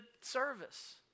service